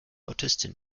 autistin